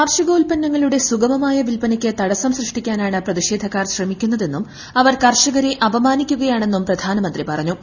കാർഷികോൽപ്പന്നങ്ങളുടെ സുഗ്മമ്യായ് വിൽപ്പനയ്ക്കു തടസ്സം സൃഷ്ടിക്കാനാണ് പ്രതിഷേധ്ക്കാർ ശ്രമിക്കുന്നതെന്നും അവർ കർഷകരെ അപമാനിക്കുകിയ്ട്ണെന്നും പ്രധാനമന്ത്രി പറഞ്ഞു